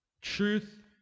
truth